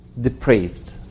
depraved